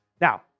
Now